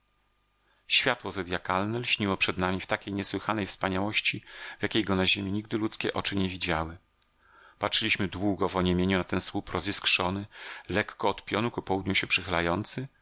światło zodjakalne lśniło przed nami w takiej niesłychanej wspaniałości w jakiej go na ziemi nigdy ludzkie oczy nie widziały patrzyliśmy długo w oniemieniu na ten słup roziskrzony lekko od pionu ku południu się